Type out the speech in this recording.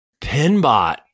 Pinbot